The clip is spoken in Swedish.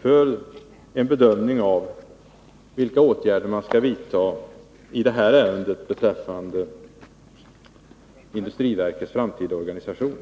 för en bedömning av vilka åtgärder som skall vidtas i fråga om industriverkets framtida organisation.